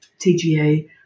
TGA